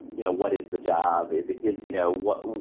you know, what is the job? is it is. you know what?